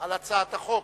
על הצעת החוק.